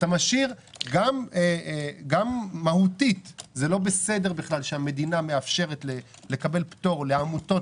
גם מהותית לא בסדר שהמדינה מאפשרת לקבל פטור לעמותות